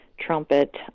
trumpet